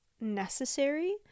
necessary